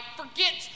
forget